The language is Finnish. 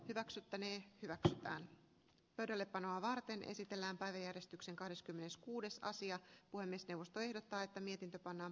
hyväksyttänee osaltaan pöydällepanoa varten esitellään pari eristyksen kahdeskymmeneskuudes sija puhemiesneuvosto ehdottaa että mietintö pannaan